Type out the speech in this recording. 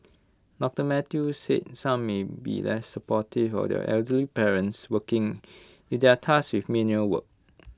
doctor Mathew said some may be less supportive of their elderly parents working if they are task with menial work